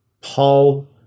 Paul